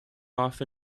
off